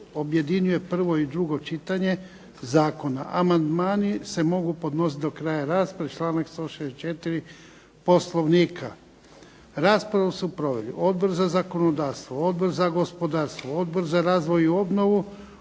objedinjuje prvo i drugo čitanje zakona. Amandmani se mogu podnositi do kraja rasprave, članak 164. Poslovnika. Raspravu su proveli Odbor za zakonodavstvo, Odbor za gospodarstvo, Odbor za razvoj i obnovu,